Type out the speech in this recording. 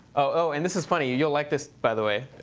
oh, and this is funny. you'll like this, by the way,